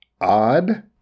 odd